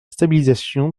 stabilisation